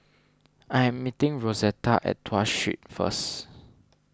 I am meeting Rosetta at Tuas Street first